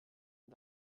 und